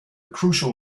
crucial